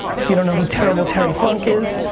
if you don't know who terrible terry funk is.